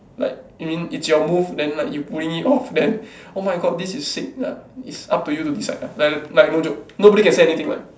like it mean it's your move then you like you pulling it off then oh my god this is sick ya is up to you to decide lah like like no jokes nobody can say anything what